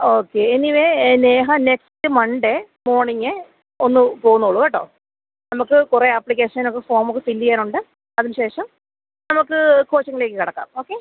okay anyway Neha next Monday morning ഒന്ന് പൊന്നോളൂ കേട്ടോ നമുക്ക് കുറേ ആപ്ലിക്കേഷനൊക്കെ ഫോമൊക്കെ ഫിൽ ചെയ്യാനുണ്ട് അതിന് ശേഷം നമുക്ക് കോച്ചിംഗിലേക്ക് കടക്കാം ഓക്കെ